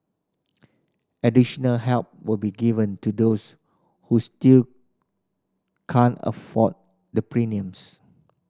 additional help will be given to those who still can't afford the premiums